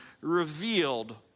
revealed